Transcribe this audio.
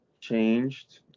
changed